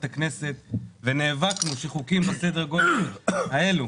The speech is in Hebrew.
הכנסת ונאבקנו שחוקים בסדרי גודל האלה